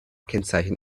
kennzeichen